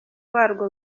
warwo